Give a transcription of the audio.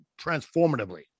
transformatively